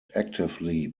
actively